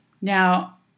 Now